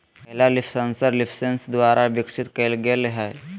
पहला leaf sensor LeafSense द्वारा विकसित कइल गेलय हल